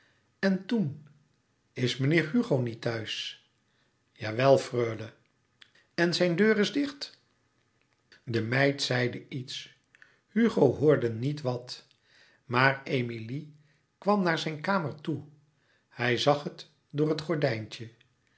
en toen is meneer hugo niet thuis jawel freule en zijn deur is dicht de meid zeide iets hugo hoorde niet wat maar emilie kwam naar zijn kamer toe hij zag het door het gordijntje